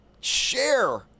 share